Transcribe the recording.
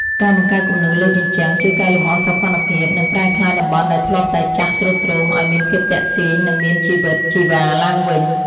ការបង្កើតគំនូរលើជញ្ជាំងជួយកែលម្អសោភ័ណភាព និងប្រែក្លាយតំបន់ដែលធ្លាប់តែចាស់ទ្រុឌទ្រោមឱ្យមានភាពទាក់ទាញ និងមានជីវិតជីវ៉ាឡើងវិញ។